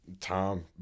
Tom